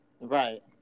right